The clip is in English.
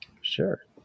sure